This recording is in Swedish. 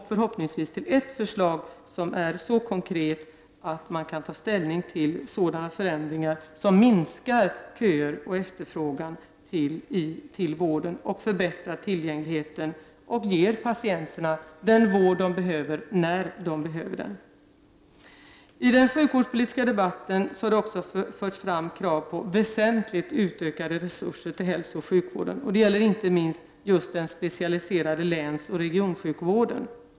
Förhoppningsvis leder den fram till konkreta förslag till förändringar som minskar köer till och efterfrågan på vården samt förbättrar tillgängligheten och ger patienterna den vård de behöver när de behöver den. I den sjukvårdspolitiska debatten har det också förts fram krav på väsentligt utökade resurser till hälsooch sjukvården. Det gäller inte minst den specialiserade länsoch regionsjukvården.